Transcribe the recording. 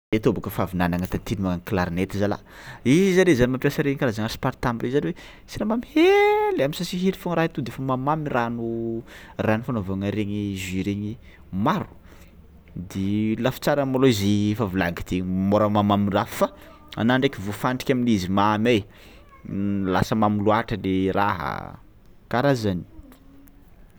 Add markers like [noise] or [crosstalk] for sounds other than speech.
Anaty tô bôka fa avy nanagna tantiny magnano clarinette zalahy, izy are zany mampiasa regny karazana [unintelligible] siramamy hely am'sase hely foagna raha io to de fa mamimamy rano rano fanaovagna regny jus regny, maro de lafy tsarany malôha izy efa volaniko teo môra mahamamy raha fa anà ndraiky voafandriky amin'izy mamy ai, m- lasa mamy loàtra le raha, karaha zany.